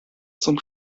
zum